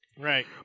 Right